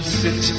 sit